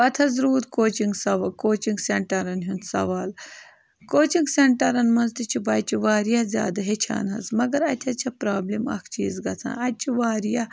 پَتہٕ حظ روٗد کوچِنٛگ سَو کوچِنٛگ سٮ۪نٹَرَن ہُنٛد سَوال کوچِنٛگ سٮ۪نٹَرَن منٛز تہِ چھِ بَچہِ واریاہ زیادٕ ہیٚچھان حظ مگر اَتہِ حظ چھےٚ پرٛابلِم اَکھ چیٖز گژھان اَتہِ چھِ واریاہ